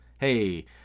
hey